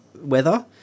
weather